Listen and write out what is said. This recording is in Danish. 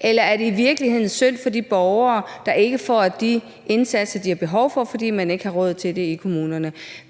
eller er det i virkeligheden synd for de borgere, der ikke får de indsatser, de har behov for, fordi man ikke har råd til det i kommunerne?